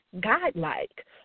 godlike